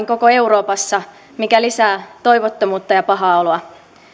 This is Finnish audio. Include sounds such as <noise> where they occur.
<unintelligible> koko euroopassa mikä lisää toivottomuutta ja pahaa oloa